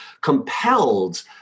compelled